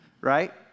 Right